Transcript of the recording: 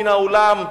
מן האולם,